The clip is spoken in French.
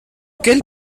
quel